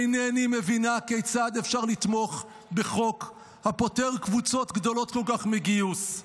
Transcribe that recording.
אינני מבינה כיצד אפשר לתמוך בחוק הפוטר קבוצות גדולות כל כך מגיוס.